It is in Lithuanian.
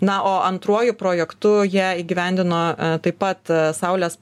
na o antruoju projektu jie įgyvendino taip pat saulės